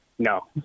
No